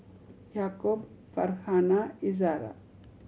Yaakob Farhanah Izara